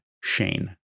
Shane